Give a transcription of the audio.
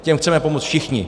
Těm chceme pomoci všichni.